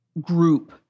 group